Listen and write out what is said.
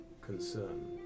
concern